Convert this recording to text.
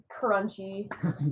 Crunchy